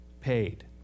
paid